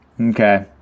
Okay